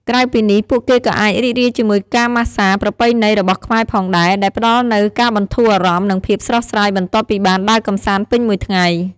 ក្រៅពីនេះ ពួកគេក៏អាចរីករាយជាមួយការម៉ាស្សាប្រពៃណីរបស់ខ្មែរផងដែរ ដែលផ្តល់នូវការបន្ធូរអារម្មណ៍ និងភាពស្រស់ស្រាយបន្ទាប់ពីបានដើរកម្សាន្តពេញមួយថ្ងៃ។